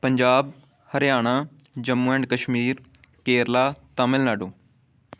Punjab Haryana Jammu and Kashmir Kerala Tamil Nadu